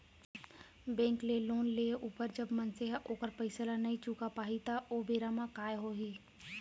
bank ले loan लेय ऊपर जब मनसे ह ओखर पइसा ल नइ चुका पाही त ओ बेरा म काय होही